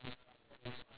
ya